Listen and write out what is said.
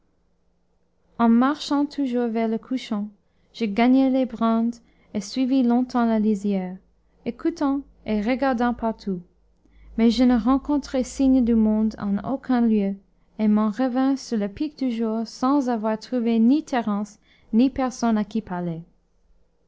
en marchant toujours vers le couchant je gagnai les brandes et suivis longtemps la lisière écoutant et regardant partout mais je ne rencontrai signe de monde en aucun lieu et m'en revins sur la pique du jour sans avoir trouvé ni thérence ni personne à qui parler